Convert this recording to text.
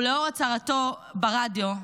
ולאור הצהרתו ברדיו,